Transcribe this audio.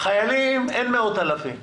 אבל אין מאות אלפי חיילים.